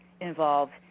involved